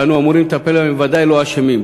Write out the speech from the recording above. שאנו אמורים לטפל בהם בוודאי לא אשמים.